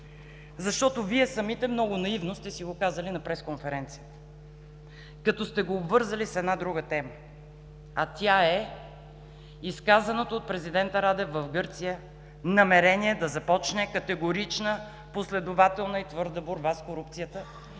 защото Вие самите много наивно сте си го казали на пресконференцията, като сте го обвързали с една друга тема, а тя е: изказаното от президента Радев в Гърция намерение да започне категорична последователна и твърда борба с корупцията